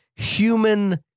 human